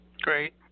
Great